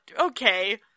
okay